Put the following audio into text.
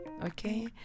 okay